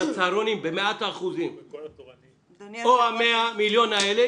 הצהרונים במאת האחוזים או לקבל את ה-100 מיליון האלה,